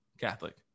Catholic